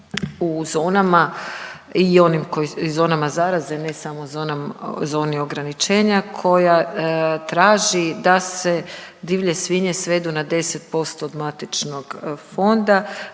u zonama i onim koji, i zonama zaraze ne samo zoni ograničenja koja traži da se divlje svinje svedu na 10% od matičnog fonda.